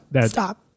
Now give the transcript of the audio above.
stop